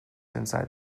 inside